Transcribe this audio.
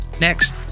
Next